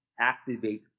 activate